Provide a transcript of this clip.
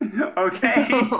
Okay